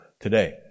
today